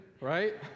right